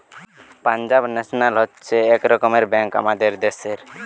Punjab national হচ্ছে এক রকমের ব্যাঙ্ক আমাদের দ্যাশের